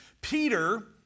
Peter